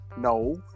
No